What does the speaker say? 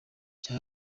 cya